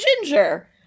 Ginger